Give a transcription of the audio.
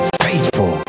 faithful